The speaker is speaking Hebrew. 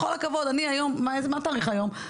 בכל הכבוד היום ינואר